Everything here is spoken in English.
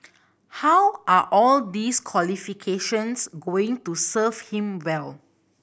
how are all these qualifications going to serve him well